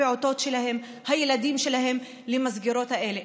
הפעוטות שלהם, הילדים שלהם למסגרות האלה.